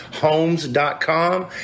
homes.com